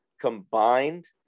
combined